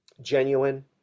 genuine